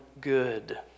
good